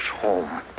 home